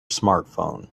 smartphone